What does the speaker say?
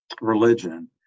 religion